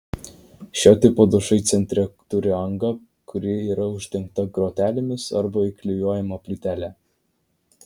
šio tipo dušai centre turi angą kuri yra uždengta grotelėmis arba įklijuojama plytele